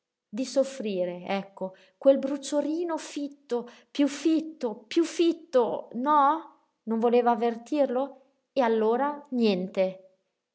di soffrire ecco quel bruciorino fitto piú fitto piú fitto no non voleva avvertirlo e allora niente